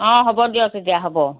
অঁ হ'ব দিয়ক তেতিয়া হ'ব